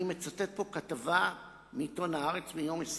אני מצטט פה כתבה מעיתון "הארץ" מיום 20